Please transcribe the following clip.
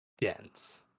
dense